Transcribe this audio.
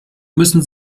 müssen